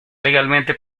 legalmente